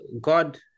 God